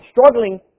struggling